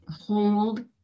hold